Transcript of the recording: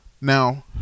now